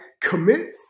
Commit